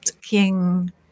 king